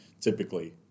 typically